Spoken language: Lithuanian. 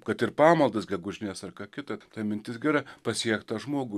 kad ir pamaldas gegužines ar ką kita ta mintis gera pasiekt tą žmogų